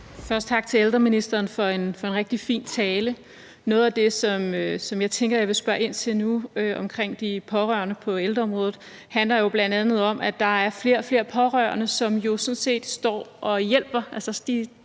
sige tak til ældreministeren for en rigtig fin tale. Noget af det, som jeg tænker jeg vil spørge ind til nu om de pårørende på ældreområdet, handler jo bl.a. om, at der er flere og flere pårørende, som jo sådan set står og hjælper